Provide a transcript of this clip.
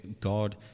God